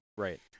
right